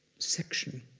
section,